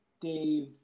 Dave